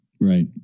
Right